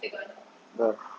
ya